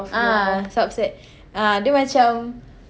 ah subset ah dia macam